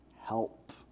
help